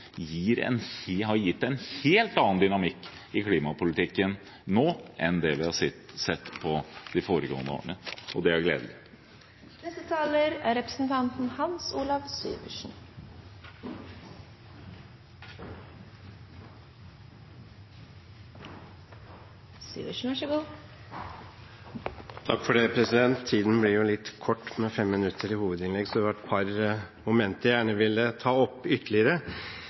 har gitt en helt annen dynamikk i klimapolitikken nå enn det vi har sett de foregående årene. Det er gledelig. Tiden blir litt kort med 5 minutter til et hovedinnlegg, så det er et par momenter jeg gjerne vil ta opp ytterligere. Det var noen som kom inn på situasjonen i denne sal i fjor, der det uttrykket ble brukt at nå hadde Stortinget mistet et år. Jeg